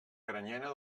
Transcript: granyena